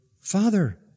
Father